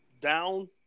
down